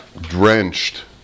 drenched